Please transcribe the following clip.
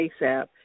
asap